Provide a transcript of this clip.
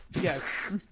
Yes